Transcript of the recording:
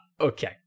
Okay